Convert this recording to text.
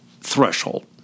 threshold